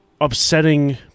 upsetting